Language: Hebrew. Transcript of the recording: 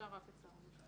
אפשר רק את שר המשפטים.